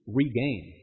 regain